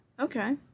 Okay